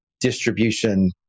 distribution